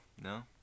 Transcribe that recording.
no